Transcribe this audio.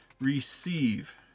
receive